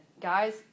Guys